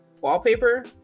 wallpaper